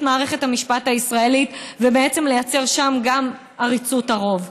מערכת המשפט הישראלית ובעצם לייצר גם שם עריצות הרוב.